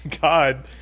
God